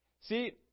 See